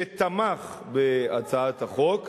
שתמך בהצעת החוק.